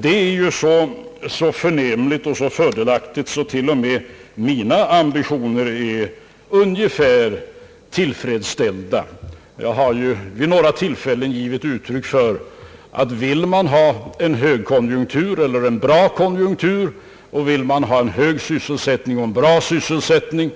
Det är så förnämligt och så fördelaktigt att till och med mina ambitioner är ungefärligen tillfredsställda. Jag har ju vid några tillfällen givit uttryck för att om man vill ha en högkonjunktur, en bra konjunktur, om man vill ha en hög sysselsättning, en bra sysselsättning,